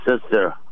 sister